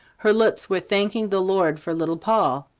her lips were thanking the lord for little poll.